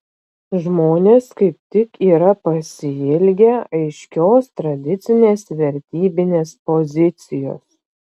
žmonės kaip tik yra pasiilgę aiškios tradicinės vertybinės pozicijos